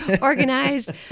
organized